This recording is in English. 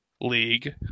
League